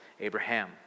Abraham